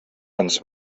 ens